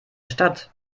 stadt